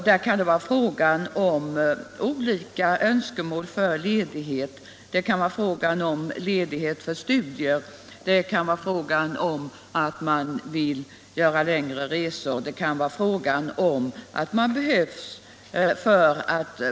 Det kan vara fråga om olika önskemål för ledighet, t.ex. för studier, för längre resor eller för vård av någon anhörig.